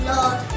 Lord